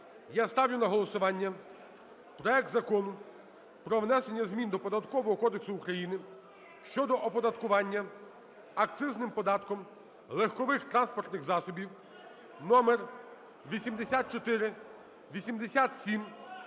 Я ставлю на голосування проект Закону про внесення змін до Податкового кодексу України щодо оподаткування акцизним податком легкових транспортних засобів (№ 8487)